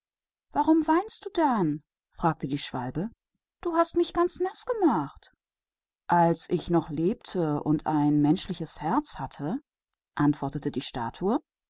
weshalb weinst du denn fragte der vogel du hast mich ganz naß gemacht als ich noch am leben war und ein menschenherz hatte antwortete die statue